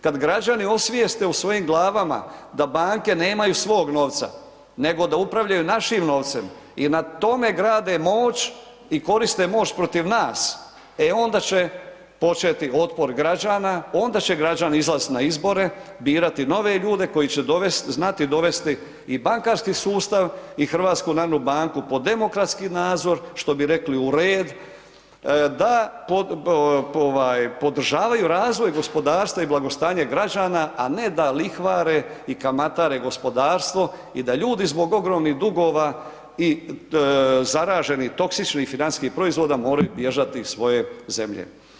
Kad građani osvijeste u svojim glavama da banke nemaju svog novca nego da upravljaju našim novcem i na tome grade moć i koriste moć protiv nas, e onda će početi otpor građana, onda će građani izlazit na izbore birati nove ljude koji će dovesti, znati dovesti i bankarski sustav i HNB pod demokratski nadzor, što bi rekli u red da ovaj podržavaju razvoj gospodarstva i blagostanje građana, a ne da lihvare i kamatare gospodarstvo i da ljudi zbog ogromnih dugova i zaraženih toksičnih i financijskih proizvoda moraju bježati iz svoje zemlje.